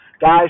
guys